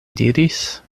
diris